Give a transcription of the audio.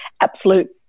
absolute